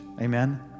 amen